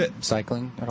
cycling